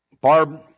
Barb